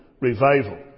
revival